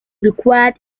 required